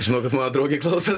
žinau kad mano draugė klauso